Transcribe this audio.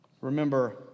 Remember